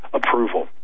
approval